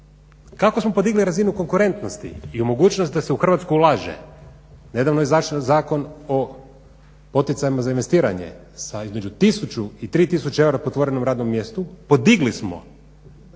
Kako smo podigli razinu konkurentnosti i u mogućnost da se u Hrvatsku ulaže. Nedavno je izašao Zakon o poticajima za investiranje sa između tisuću i 3 tisuće eura po otvorenom radnom mjestu, podigli smo